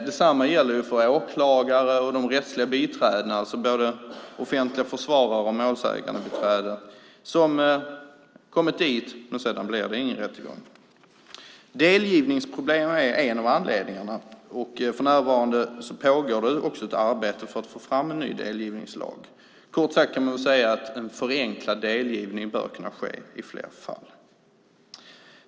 Detsamma gäller för åklagare och de rättsliga biträdena, alltså både offentliga försvarare och målsägandebiträden, som kommit dit men det blir ingen rättegång. Delgivningsproblem är en av anledningarna. För närvarande pågår det också ett arbete för att få fram en ny delgivningslag. Kort sagt kan man säga att en förenklad delgivning bör kunna ske i flera fall.